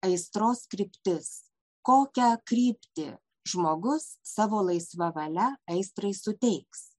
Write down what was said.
aistros kryptis kokią kryptį žmogus savo laisva valia aistrai suteiks